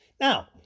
Now